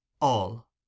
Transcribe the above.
All